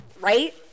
right